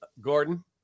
Gordon